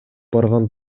барган